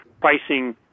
pricing